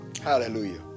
Hallelujah